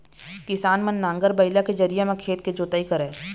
किसान मन नांगर, बइला के जरिए म खेत के जोतई करय